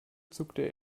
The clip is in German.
zuckte